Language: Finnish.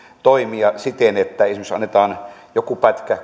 toimia siten että esimerkiksi annetaan joku pätkä